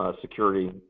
security